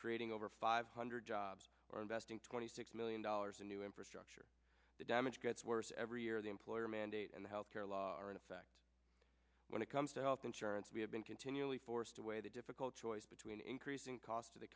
creating over five hundred jobs or investing twenty six million dollars in new infrastructure the damage gets worse every year the employer mandate and the health care law are in effect when it comes to health insurance we have been continually forced to weigh the difficult choice between increasing costs for the